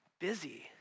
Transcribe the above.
busy